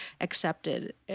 accepted